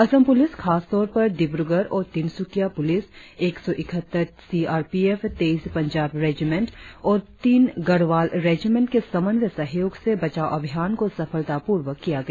Assam police खासतौर पर डिब्रगढ़ और तिनसुकिया पुलिस एक सौ इकहत्तर सी आर पी एफ तेइस पंजाब रेजिमेंट और तीन गढ़वाल रेजिमेंट के समन्वय सहयोग से बचाव अभियान को सफलतापूर्वक किया गया